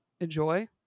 enjoy